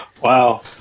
Wow